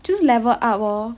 就是 level up lor